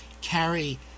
carry